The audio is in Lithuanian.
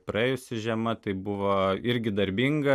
praėjusi žiema tai buvo irgi darbinga